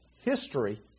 history